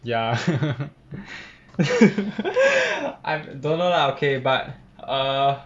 ya I don't know lah okay but err